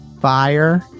Fire